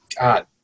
God